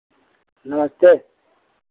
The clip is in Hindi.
नमस्ते